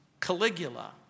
Caligula